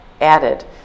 added